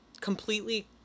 completely